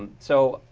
and so,